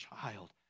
child